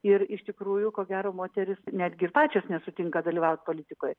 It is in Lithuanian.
ir iš tikrųjų ko gero moterys netgi ir pačios nesutinka dalyvaut politikoj